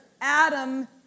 Adam